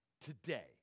Today